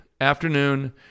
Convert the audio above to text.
afternoon